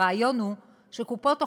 הרעיון הוא שקופות-החולים,